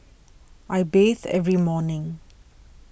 I bathe every morning